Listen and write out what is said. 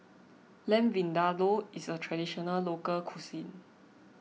Lamb Vindaloo is a Traditional Local Cuisine